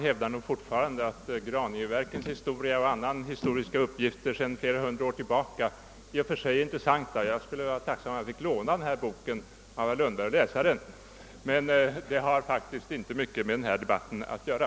Herr talman! Graningeverkens historia och andra historiska uppgifter seden flera hundra år tilibaka är i och för sig intressanta, och jag skulle vara tacksam om jag fick låna den där boken av herr Lundberg och läsa den. Men jag hävdar nog fortfarande att detta inte har mycket med denna debatt att göra.